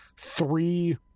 three